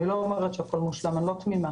אני לא אומרת שהכול מושלם, אני לא תמימה